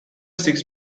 six